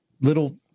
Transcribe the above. little